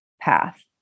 path